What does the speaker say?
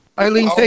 Eileen